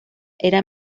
era